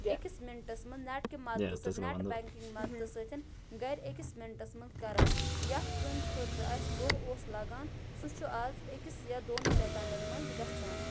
أکِس مِنٹَس منٛز نٮ۪ٹ کہِ مدتہٕ سۭتۍ نٮ۪ٹ بٮ۪نٛکِنٛگ سۭتۍ گرِ أکِس مِنٹس منٛز کران یَتھ کامہِ خٲطرٕ اَسہِ دۄہ اوس لگان سُہ چھُ اَز أکِس یا دۄن سٮ۪کنٛڈَن منٛز گژھان